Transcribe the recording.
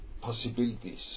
possibilities